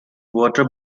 water